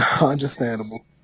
Understandable